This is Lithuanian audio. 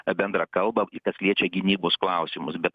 bendrą kalbą kas liečia gynybos klausimus bet